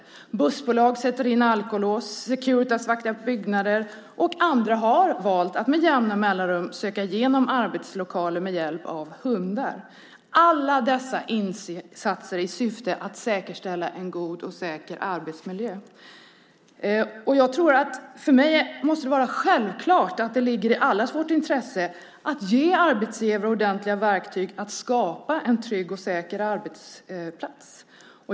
Bussbolag sätter in alkolås, Securitas vaktar byggnader och andra har valt att med jämna mellanrum söka igenom arbetslokaler med hjälp av hundar. Alla dessa insatser görs i syfte att säkerställa en god och säker arbetsmiljö. För mig är det självklart att det ligger i allas vårt intresse att ge arbetsgivare ordentliga verktyg att skapa en trygg och säker arbetsplats.